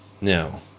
Now